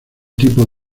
tipo